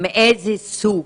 מאיזה סוג?